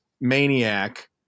maniac